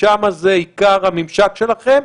שם זה עיקר המימשק שלכם.